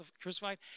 crucified